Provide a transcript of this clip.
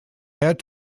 had